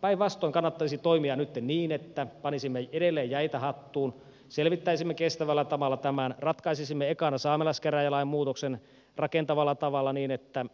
päinvastoin kannattaisi toimia nytten niin että panisimme edelleen jäitä hattuun selvittäisimme kestävällä tavalla tämän ratkaisisimme ekana saamelaiskäräjälain muutoksen rakentavalla tavalla niin että